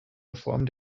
reform